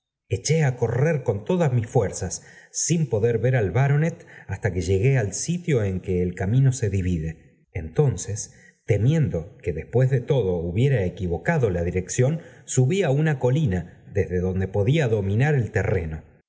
echó á correr con todas mis fuerzas sin poder ver al baronet hasta que llegué al sitio en que el camino se divide entonces temiendo que después de todo hubiera equivocado la dirección subí a una colma desde donde podía dominar el teia